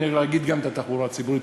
אגיד גם לגבי התחבורה הציבורית,